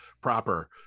proper